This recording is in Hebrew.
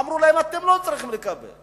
אמרו להם: אתם לא צריכים לקבל.